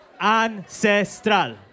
Ancestral